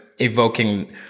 evoking